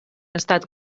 estat